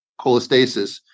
cholestasis